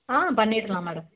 ஆ பண்ணிடலாம் மேடம்